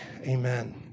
Amen